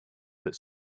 that